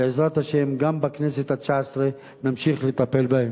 בעזרת השם, גם בכנסת התשע-עשרה נמשיך לטפל בהם.